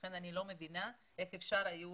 לכן אני לא מבינה איך היו